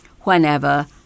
whenever